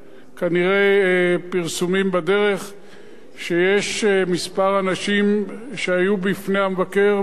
שיש כמה אנשים שהיו בפני המבקר ולא נתנו עדויות שלמות,